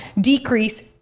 decrease